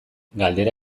galdera